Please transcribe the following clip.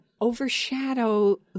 Overshadow